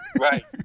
Right